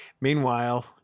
Meanwhile